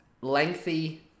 lengthy